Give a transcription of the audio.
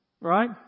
Right